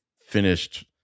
finished